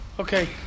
Okay